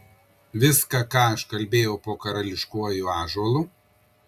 viską ką aš kalbėjau po karališkuoju ąžuolu